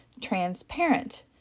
transparent